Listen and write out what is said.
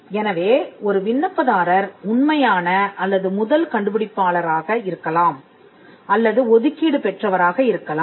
எனவே ஒரு விண்ணப்பதாரர் உண்மையான அல்லது முதல் கண்டுபிடிப்பாளராக இருக்கலாம் அல்லது ஒதுக்கீடு பெற்றவராக இருக்கலாம்